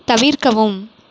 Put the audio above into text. தவிர்க்கவும்